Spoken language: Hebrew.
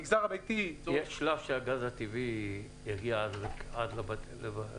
יהיה שלב שהגז הטבעי יגיע עד לבתים?